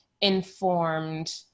informed